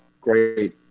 Great